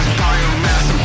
biomass